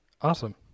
Awesome